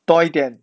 多一点